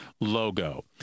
logo